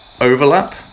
overlap